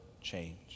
change